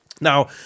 Now